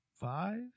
five